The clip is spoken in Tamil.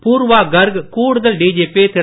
பூர்வா கர்க் கூடுதல் டிஜிபி திரு